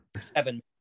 seven